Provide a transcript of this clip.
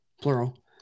plural